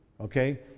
Okay